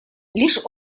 лишь